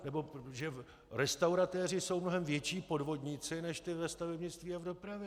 nebo že restauratéři jsou mnohem větší podvodníci než ti ve stavebnictví a v dopravě?